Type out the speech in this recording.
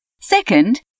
Second